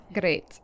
Great